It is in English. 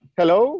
hello